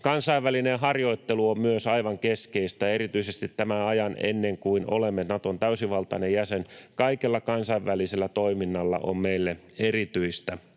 Kansainvälinen harjoittelu on myös aivan keskeistä. Erityisesti tämän ajan, ennen kuin olemme Naton täysivaltainen jäsen, kaikella kansainvälisellä toiminnalla on meille erityistä